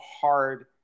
hard